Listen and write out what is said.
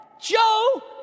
Joe